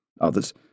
others